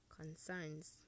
concerns